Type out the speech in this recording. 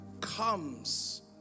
comes